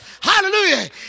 Hallelujah